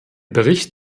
bericht